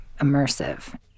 immersive